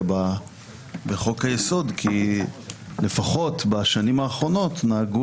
באופוזיציה בחוק היסוד כי לפחות בשנים האחרונות נהגו